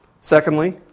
Secondly